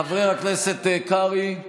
חבר הכנסת קרעי,